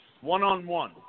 One-on-one